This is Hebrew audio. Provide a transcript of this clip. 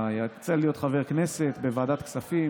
יצא לי להיות חבר כנסת בוועדת כספים